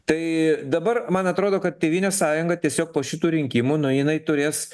tai dabar man atrodo kad tėvynės sąjunga tiesiog po šitų rinkimų nueina i turės